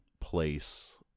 place